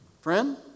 Friend